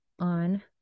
on